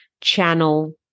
channel